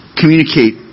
communicate